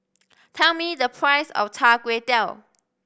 tell me the price of Char Kway Teow